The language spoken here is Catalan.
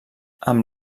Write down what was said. amb